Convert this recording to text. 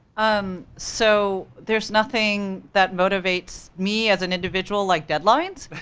um so there's nothing that motivates me as an individual like deadlines,